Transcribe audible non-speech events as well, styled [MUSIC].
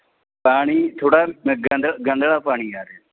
ਪਾਣੀ ਥੋੜ੍ਹਾ [UNINTELLIGIBLE] ਗੰਧਲਾ ਗੰਧਲਾ ਪਾਣੀ ਆ ਰਿਹਾ